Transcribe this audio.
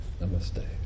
Namaste